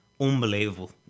Unbelievable